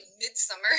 Midsummer